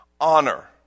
Honor